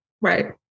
right